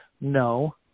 no